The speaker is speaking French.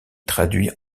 traduit